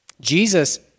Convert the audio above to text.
Jesus